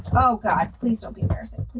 oh god. please don't be embarrassing,